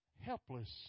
helpless